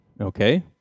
Okay